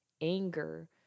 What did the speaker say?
anger